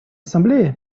ассамблеи